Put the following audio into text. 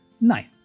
Nein